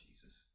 Jesus